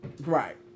Right